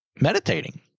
meditating